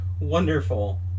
Wonderful